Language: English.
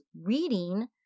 reading